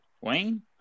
Wayne